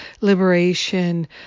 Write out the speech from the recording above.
liberation